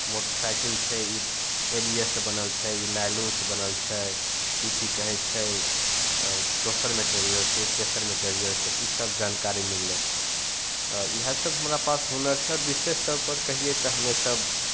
motorcycle छै ई A B S से बनल छै ई नाइलनसे बनल छै ई कि कहै छै दोसर मेटेरिअलसे तेसर मेटेरिअलसे ईसब जानकारी मिललै इएहसब हमरा पास हुनर छै आओर विशेष तौरपर कहिए तऽ हमेसभ